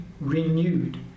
renewed